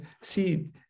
see